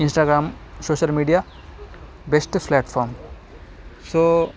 Instagram social media best platform so